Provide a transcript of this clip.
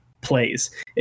plays